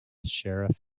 sheriff